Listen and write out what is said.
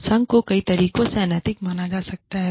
और संघ को कई तरीकों से अनैतिक माना जा सकता है